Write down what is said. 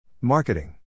Marketing